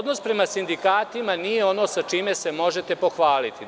Odnos prema sindikatima nije ono sa čime se možete pohvaliti.